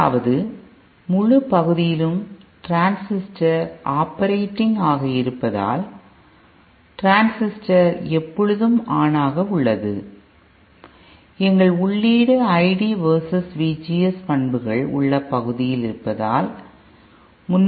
முதலாவது முழு பகுதியிலும் டிரான்ஸிஸ்டர் ஆப்பரேட்டிங் ஆக இருப்பதால் டிரான்ஸிஸ்டர் எப்பொழுதும் ஆன் ஆக உள்ளது எங்கள் உள்ளீடு I D versus V G S பண்புகள் உள்ள பகுதியில் இருப்பதால் 360 முழுவதும் இடமளிக்க முடியும்